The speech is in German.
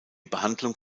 behandlung